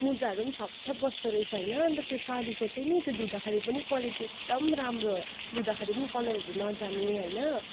मुजाहरू पनि छप् छप् बस्दोरहेछ होइन अन्त त्यो साडीको चाहिँ नि त्यो धुँदाखरि पनि क्वालिटी एकदम राम्रो धुँदाखेरि पनि कलरहरू नजाने होइन